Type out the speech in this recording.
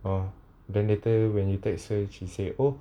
oh then later when you text her she say oh